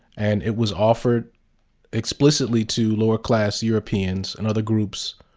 and it was offered explicitly to lower-class europeans and other groups